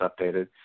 updated